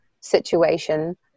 situation